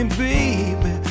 baby